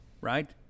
right